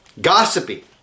Gossipy